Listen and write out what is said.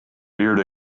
reared